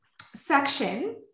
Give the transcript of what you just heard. section